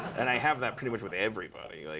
and i have that pretty much with everybody. like